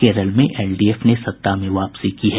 केरल में एलडीएफ ने सत्ता में वापसी की है